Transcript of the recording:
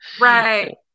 Right